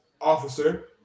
Officer